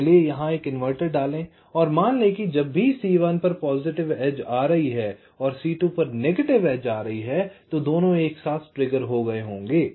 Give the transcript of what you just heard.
तो चलिए यहाँ एक इन्वर्टर डालें और मान लें कि जब भी C1 पर पॉजिटिव एज आ रही है और C2 पर नेगेटिव एज आ रही है तो दोनों एक साथ ट्रिगर हो गए होंगे